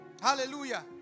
Hallelujah